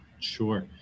Sure